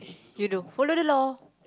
you do follow the law